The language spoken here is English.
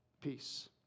peace